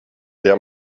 der